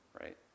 right